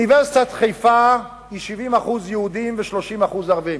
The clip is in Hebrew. באוניברסיטת חיפה יש 70% יהודים ו-30% ערבים.